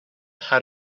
how